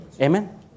Amen